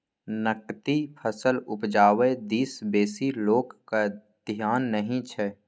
नकदी फसल उपजाबै दिस बेसी लोकक धेआन नहि छै